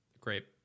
Great